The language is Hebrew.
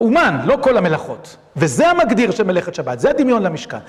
אומן, לא כל המלאכות. וזה המגדיר של מלאכת שבת, זה הדמיון למשכן.